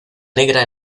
negra